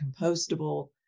compostable